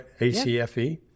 ACFE